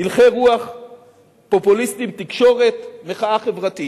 הלכי רוח פופוליסטיים, תקשורת, מחאה חברתית.